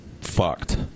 fucked